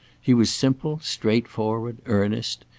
he was simple, straightforward, earnest.